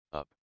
up